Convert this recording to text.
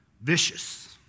vicious